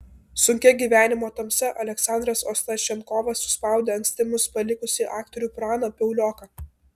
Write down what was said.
sunkia gyvenimo tamsa aleksandras ostašenkovas suspaudė anksti mus palikusį aktorių praną piauloką